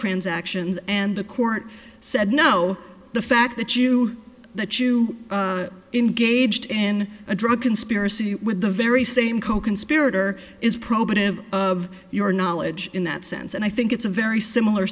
transactions and the court said no the fact that you that you engaged in a drug conspiracy with the very same coconspirator is probative of your knowledge in that sense and i think it's a very similar